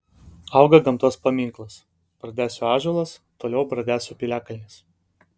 auga gamtos paminklas bradesių ąžuolas toliau bradesių piliakalnis